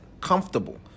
comfortable